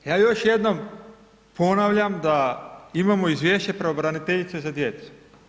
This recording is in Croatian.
Ja još jednom ponavljam da imamo izvješće pravobraniteljice za djecu.